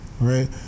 right